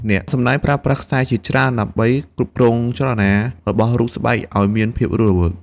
អ្នកសម្ដែងប្រើប្រាស់ខ្សែជាច្រើនដើម្បីគ្រប់គ្រងចលនារបស់រូបស្បែកឱ្យមានភាពរស់រវើក។